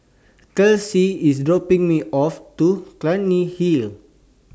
Kelsey IS dropping Me off At Clunny Hill